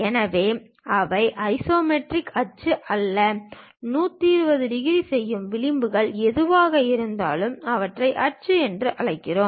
எனவே அவை ஐசோமெட்ரிக் அச்சு அல்ல 120 டிகிரி செய்யும் விளிம்புகள் எதுவாக இருந்தாலும் அவற்றை அச்சு என்று அழைக்கிறோம்